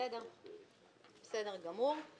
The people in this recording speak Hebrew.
בסדר גמור.